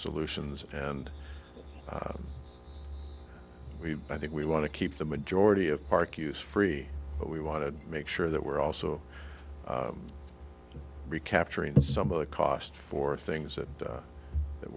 solutions and we i think we want to keep the majority of park use free but we want to make sure that we're also recapturing some of the cost for things that